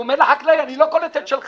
אז הוא אומר לחקלאי: אני לא קולט את שלך,